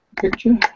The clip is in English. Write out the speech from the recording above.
picture